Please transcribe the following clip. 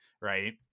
right